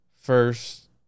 first